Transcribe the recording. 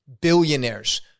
billionaires